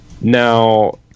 Now